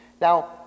Now